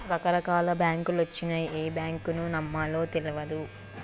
రకరకాల బాంకులొచ్చినయ్, ఏ బాంకును నమ్మాలో తెల్వదు